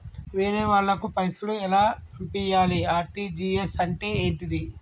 వేరే వాళ్ళకు పైసలు ఎలా పంపియ్యాలి? ఆర్.టి.జి.ఎస్ అంటే ఏంటిది?